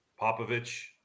Popovich